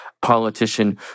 politician